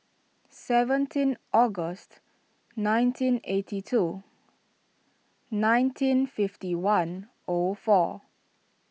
seventeen August nineteen eighty two nineteen fifty one O four